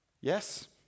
Yes